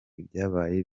ibyabaye